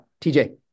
TJ